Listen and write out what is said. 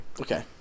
Okay